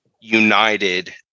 united